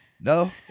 No